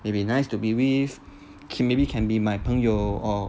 it'll be nice to be with can maybe can be my 朋友 or